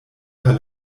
per